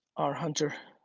our hunter.